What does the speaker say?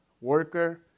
worker